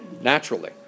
naturally